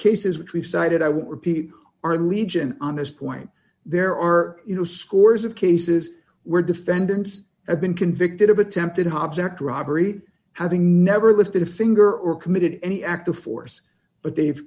is which we cited i will repeat our legion on this point there are you know scores of cases where defendants have been convicted of attempted hobbs act robbery having never lifted a finger or committed any act of force but they've